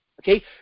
Okay